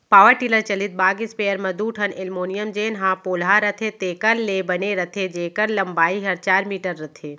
power tiller चलित बाग spare म दू ठन एलमोनियम जेन ह पोलहा रथे तेकर ले बने रथे जेकर लंबाई हर चार मीटर रथे